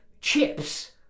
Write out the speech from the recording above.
chips